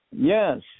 Yes